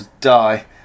die